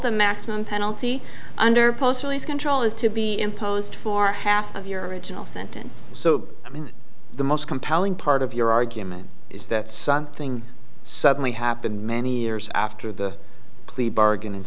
the maximum penalty under poster is control is to be imposed for half of your original sentence so i mean the most compelling part of your argument is that something suddenly happened many years after the plea bargain and